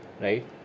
right